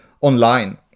online